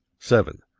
seven.